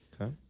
Okay